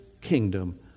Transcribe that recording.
kingdom